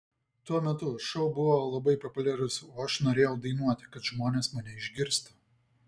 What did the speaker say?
tuo metu šou buvo labai populiarus o aš norėjau dainuoti kad žmonės mane išgirstų